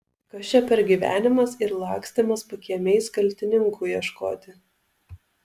kas čia per gyvenimas ir lakstymas pakiemiais kaltininkų ieškoti